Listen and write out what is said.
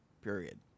Period